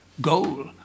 goal